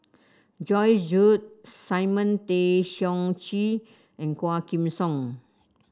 Joyce Jue Simon Tay Seong Chee and Quah Kim Song